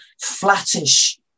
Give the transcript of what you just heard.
flattish